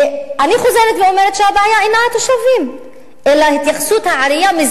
אני חוזרת ואומרת שהבעיה אינה התושבים אלא התייחסות העירייה זה